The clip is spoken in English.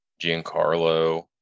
Giancarlo